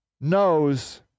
knows